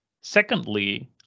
Secondly